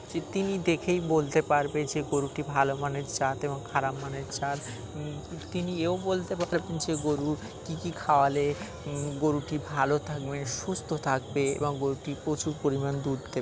যে তিনি দেখেই বলতে পারবে যে গরুটি ভালো মানের জাত এবং খারাপ মানের জাত তিনি এও বলতে পারবেন যে গরুর কী কী খাওয়ালে গরুটি ভালো থাকবে সুস্থ থাকবে এবং গরুটি প্রচুর পরিমাণ দুধ দেবে